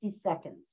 seconds